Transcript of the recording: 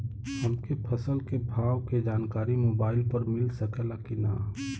हमके फसल के भाव के जानकारी मोबाइल पर मिल सकेला की ना?